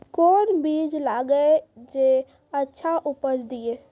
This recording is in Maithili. कोंन बीज लगैय जे अच्छा उपज दिये?